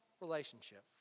relationship